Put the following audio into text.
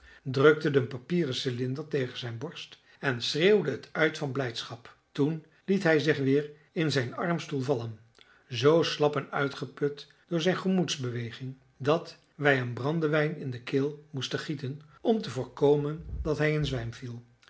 drukte den papieren cylinder tegen zijn borst en schreeuwde het uit van blijdschap toen liet hij zich weer in zijn armstoel vallen zoo slap en uitgeput door zijn gemoedsbeweging dat wij hem brandewijn in de keel moesten gieten om te voorkomen dat hij in zwijm viel